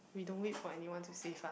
we don't wait for anyone to save us